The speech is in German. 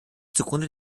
zugrunde